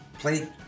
play